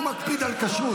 הוא מקפיד על כשרות.